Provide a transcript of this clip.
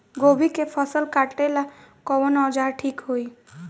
गोभी के फसल काटेला कवन औजार ठीक होई?